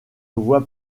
voie